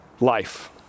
life